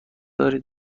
دارید